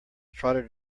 trotted